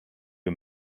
you